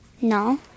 No